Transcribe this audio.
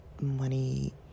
money